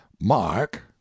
Mark